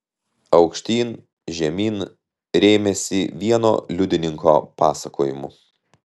aukštyn žemyn rėmėsi vieno liudininko pasakojimu